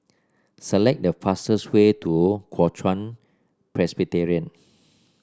select the fastest way to Kuo Chuan Presbyterian